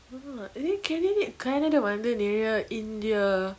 ah அது:athu canadian canada வந்து நேரய:vanthu neraya india